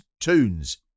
Tunes